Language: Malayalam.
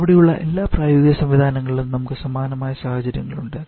അവിടെയുള്ള എല്ലാ പ്രായോഗിക സംവിധാനങ്ങളിലും നമുക്ക് സമാനമായ സാഹചര്യങ്ങളുണ്ട്